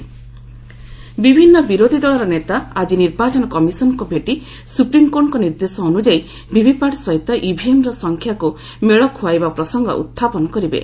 opposition EC ବିଭିନ୍ନ ବିରୋଧୀ ଦଳର ନେତା ଆଜି ନିର୍ବାଚନ କମିଶନ୍ଙ୍କୁ ଭେଟି ସୁପ୍ରିମ୍କୋର୍ଟଙ୍କ ନିର୍ଦ୍ଦେଶ ଅନୁଯାୟୀ ଭିଭିପାଟ୍ ସହିତ ଇଭିଏମ୍ର ସଂଖ୍ୟାକୁ ମେଳ ଖୁଆଇବା ପ୍ରସଙ୍ଗ ଉହାପନ କରିବେ